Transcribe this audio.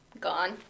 gone